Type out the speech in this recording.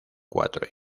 cuatro